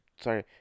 sorry